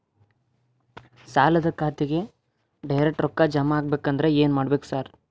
ಸಾಲದ ಖಾತೆಗೆ ಡೈರೆಕ್ಟ್ ರೊಕ್ಕಾ ಜಮಾ ಆಗ್ಬೇಕಂದ್ರ ಏನ್ ಮಾಡ್ಬೇಕ್ ಸಾರ್?